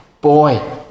boy